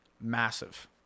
massive